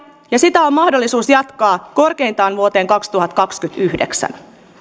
ja sitä on mahdollisuus jatkaa korkeintaan vuoteen kaksituhattakaksikymmentäyhdeksän